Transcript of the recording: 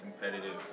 competitive